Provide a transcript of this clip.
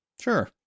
Sure